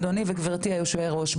אדוני וגברתי יושבי הראש,